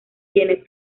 quienes